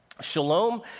Shalom